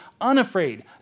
unafraid